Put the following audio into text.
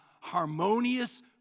harmonious